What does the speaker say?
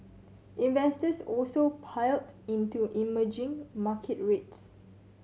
investors also piled into emerging market trades